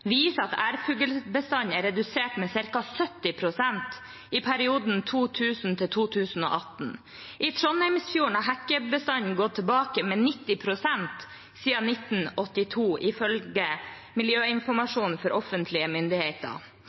viser at ærfuglbestanden ble redusert med ca. 70 pst. i perioden 2000–2018. I Trondheimsfjorden er hekkebestanden gått tilbake med 90 pst. siden 1982, ifølge miljøinformasjon fra offentlige myndigheter.